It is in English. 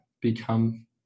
become